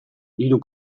hiru